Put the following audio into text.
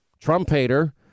Trump-hater